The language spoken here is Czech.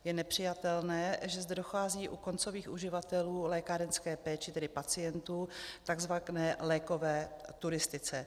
Je nepřijatelné, že zde dochází u koncových uživatelů lékárenské péče, tedy pacientů, k takzvané lékové turistice.